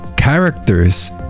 characters